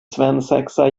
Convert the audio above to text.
svensexa